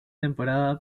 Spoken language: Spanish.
temporada